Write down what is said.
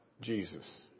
Jesus